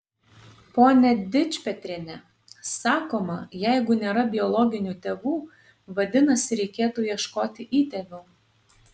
pone dičpetriene sakoma jeigu nėra biologinių tėvų vadinasi reikėtų ieškoti įtėvių